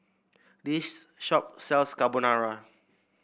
this shop sells Carbonara